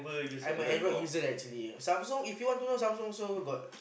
I'm a Android user actually Samsung if you want to use Samsung also got